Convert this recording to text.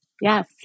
yes